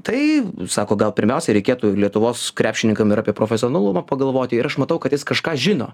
tai sako gal pirmiausia reikėtų lietuvos krepšininkam ir apie profesionalumą pagalvoti ir aš matau kad jis kažką žino